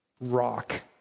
rock